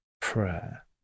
prayer